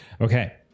Okay